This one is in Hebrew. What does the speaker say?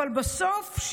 ובסוף,